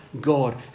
God